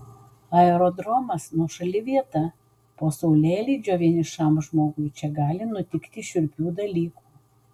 aerodromas nuošali vieta po saulėlydžio vienišam žmogui čia gali nutikti šiurpių dalykų